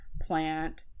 plant